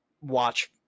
watch